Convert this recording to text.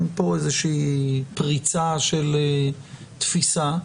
אין פה איזושהי פריצה של תפיסה,